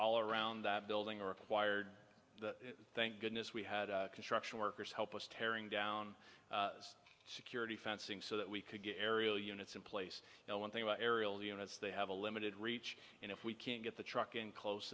all around that building required thank goodness we had construction workers help us tearing down security fencing so that we could get aerial units in place you know one thing about aerial units they have a limited reach and if we can't get the truck in close